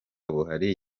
buhari